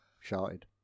shouted